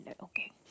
Okay